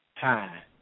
time